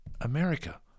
America